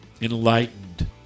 enlightened